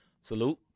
Salute